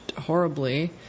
horribly